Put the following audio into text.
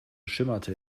schimmerte